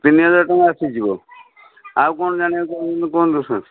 ତିନି ହଜାର ଟଙ୍କା ଆସିଯିବ ଆଉ କ'ଣ ଜାଣିବାକୁ କୁହନ୍ତୁ ସାର୍